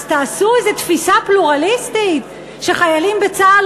אז תעשו איזה תפיסה פלורליסטית: שחיילים בצה"ל